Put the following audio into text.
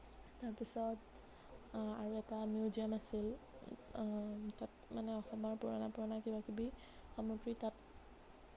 তাৰপিছত আৰু এটা মিউজিয়াম আছিল তাত মানে অসমৰ পুৰণা পুৰণা কিবা কিবি সামগ্ৰী তাত